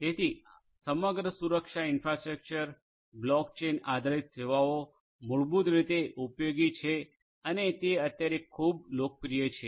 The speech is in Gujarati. તેથી સમગ્ર સુરક્ષા ઈન્ફ્રાસ્ટ્રક્ચર બ્લોક ચેઇન આધારિત સેવાઓ મૂળભૂત રીતે ઉપયોગી છે અને તે અત્યારે ખૂબ લોકપ્રિય છે